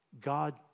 God